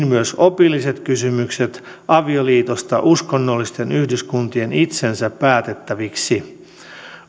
myös opilliset kysymykset avioliitosta uskonnollisten yhdyskuntien itsensä päätettäviksi